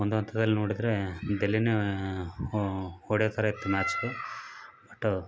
ಒಂದು ಹಂತದಲ್ ನೋಡಿದರೆ ಡೆಲ್ಲಿನೇ ಹೊಡೆಯೋ ಥರ ಇತ್ತು ಮ್ಯಾಚು ಬಟ್